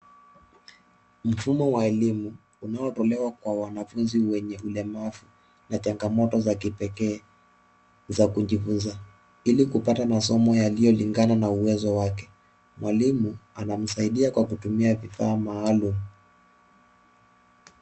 Mfumo wa elimu, unaotolewa kwa wanafunzi wenye ulemavu na changamoto za kipekee za kujifunza, ili kupata masomo yaliyolingana na uwezo wake. Mwalimu anamsaidia kwa kutumia vifaa maalumu.